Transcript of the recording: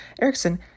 Erickson